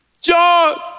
John